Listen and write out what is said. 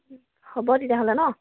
হ'ব তেতিয়াহ'লে নহ্